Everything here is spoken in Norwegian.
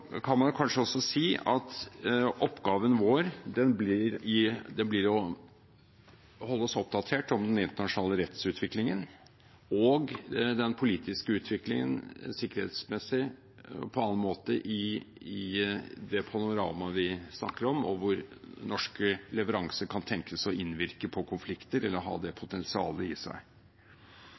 den politiske utviklingen, sikkerhetsmessig og på annen måte, i det panoramaet vi snakker om, og om hvor norske leveranser kan tenkes å innvirke på konflikter eller ha det potensialet i seg.